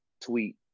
tweet